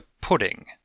pudding